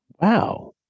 Wow